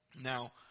Now